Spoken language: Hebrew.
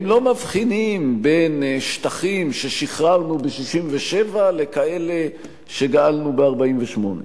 הם לא מבחינים בין שטחים ששחררנו ב-67' לכאלה שגאלנו ב-48'.